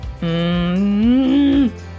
Mmm